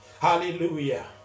Hallelujah